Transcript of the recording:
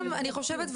אני חושבת,